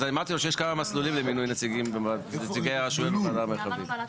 אז אמרתי לו שיש כמה מסלולים למינוי נציגי הרשויות בוועדה המרחבית.